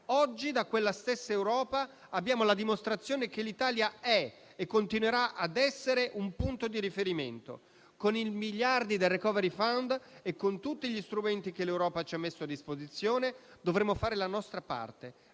Oggi, da quella stessa Europa abbiamo la dimostrazione che l'Italia è e continuerà a essere un punto di riferimento. Con i miliardi del *recovery fund* e con tutti gli strumenti che l'Europa ci ha messo a disposizione dovremo fare la nostra parte: